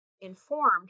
informed